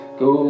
go